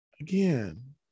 Again